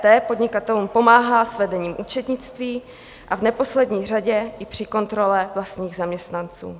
EET podnikatelům pomáhá s vedením účetnictví a v neposlední řadě i při kontrole vlastních zaměstnanců.